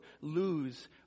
lose